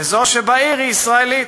וזו שבעיר היא ישראלית.